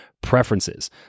preferences